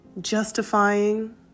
justifying